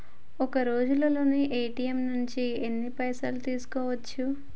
ఒక్కరోజులో ఏ.టి.ఎమ్ నుంచి ఎన్ని పైసలు తీసుకోవచ్చు?